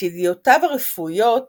את ידיעותיו הרפואיות